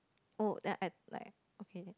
oh and add like okay